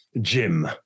Jim